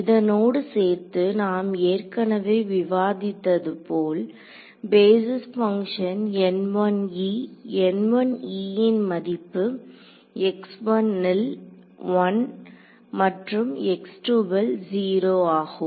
இதனோடு சேர்த்து நாம் ஏற்கனவே விவாதித்தது போல் பேஸிஸ் பங்க்ஷன் ன் மதிப்பு ல் 1 மற்றும் ல் 0 ஆகும்